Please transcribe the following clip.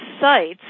sites